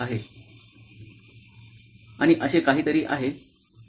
आणि असे काहीतरी आहे ज्यांना ग्राहक प्रवास मॅपिंग म्हणतात